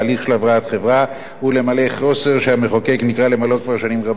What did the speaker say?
של הבראת חברה ולמלא חוסר שהמחוקק נקרא למלאו כבר שנים רבות.